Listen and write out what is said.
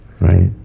right